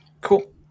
Cool